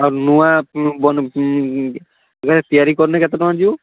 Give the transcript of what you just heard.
ଆଉ ନୂଆଁ ବନ ତିଆରି କନେ କେତେ ଟଙ୍କା ଯିବ